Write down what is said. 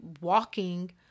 walking